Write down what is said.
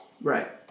Right